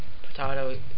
Potato